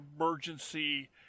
emergency